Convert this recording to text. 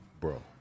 bro